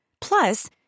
plus